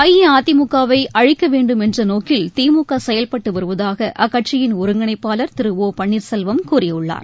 அஇஅதிமுகவை அழிக்க வேண்டும் என்ற நோக்கில் திமுக செயல்பட்டு வருவதாக அக்கட்சியின் ஒருங்கிணைப்பாளர் திரு ஓ பன்னீர்செல்வம் கூறியுள்ளார்